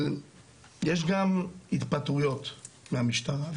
אבל יש גם התפטרויות מהמשטרה.